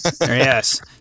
Yes